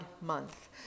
Month